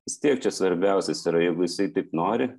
vis tiek čia svarbiausias yra jeigu jisai taip nori